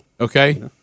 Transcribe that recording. Okay